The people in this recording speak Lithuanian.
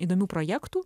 įdomių projektų